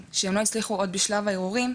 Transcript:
שהם לא הצליחו להעלות בשלב הערעורים.